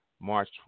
March